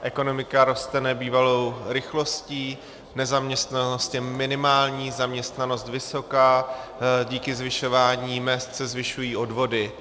Ekonomika roste nebývalou rychlostí, nezaměstnanost je minimální, zaměstnanost vysoká, díky zvyšování mezd se zvyšují odvody.